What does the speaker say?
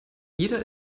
jeder